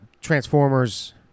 Transformers